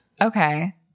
Okay